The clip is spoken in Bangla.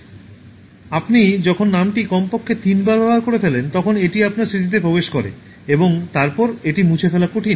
" আপনি যখন নামটি কমপক্ষে তিনবার ব্যবহার করে ফেলেন তখন এটি আপনার স্মৃতিতে প্রবেশ করে এবং তারপর এটি মুছে ফেলা কঠিন